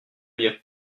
bien